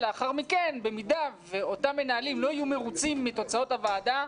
ולאחר מכן במידה ואותם מנהלים לא יהיו מרוצים מתוצאות הוועדה,